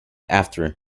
after